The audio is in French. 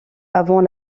avant